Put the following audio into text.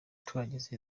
tuhageze